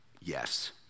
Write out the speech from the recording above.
Yes